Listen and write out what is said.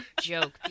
joke